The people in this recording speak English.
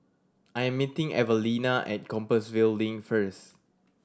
I am meeting Evalena at Compassvale Link first